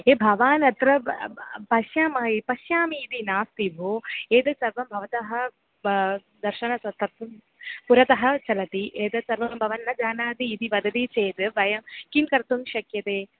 ये भवान् अत्र पश्यामः इति पश्यामि इति नास्ति भो एतत् सर्वं भवतः दर्शनं कर्तुं पुरतः चलति एतत् सर्वं भवान् न जानाति इति वदति चेत् वयं किं कर्तुं शक्यते